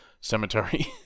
cemetery